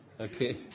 Okay